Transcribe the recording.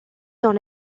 dans